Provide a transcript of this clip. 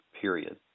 period